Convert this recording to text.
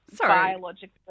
biologically